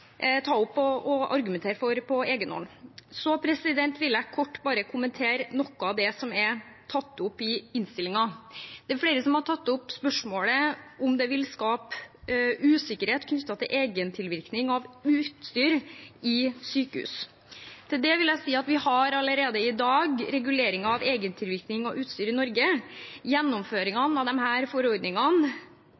ta opp og argumentere for på egen hånd. Jeg vil kort kommentere noe av det som er tatt opp i innstillingen. Flere har tatt opp spørsmålet om det vil skape usikkerhet knyttet til egentilvirkning av utstyr i sykehus. Til det vil jeg si at vi allerede i dag har regulering av egentilvirkning av utstyr i Norge.